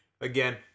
Again